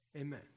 Amen